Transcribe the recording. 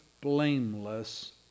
blameless